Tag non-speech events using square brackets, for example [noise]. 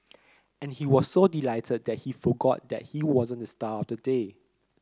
[noise] and he was so delighted that he forgot that he wasn't the star of the day